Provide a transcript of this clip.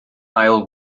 ail